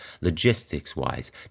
logistics-wise